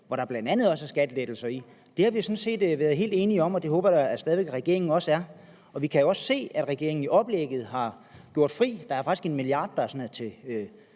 som bl.a. indeholder skattelettelser. Det har vi sådan set været helt enige om, og det håber jeg da regeringen stadig væk også er. Vi kan også se, at regeringen i oplægget har frigjort midler. Der er faktisk en milliard, der er til